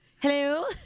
Hello